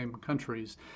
countries